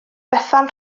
bethan